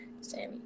Sammy